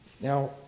Now